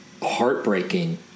heartbreaking